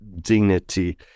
dignity